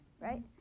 right